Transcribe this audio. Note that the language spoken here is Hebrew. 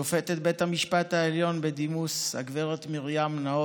איתן ונדב, חבריה וידידיה של מיכל בארץ ובעולם,